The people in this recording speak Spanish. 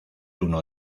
uno